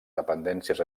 dependències